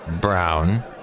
brown